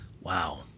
Wow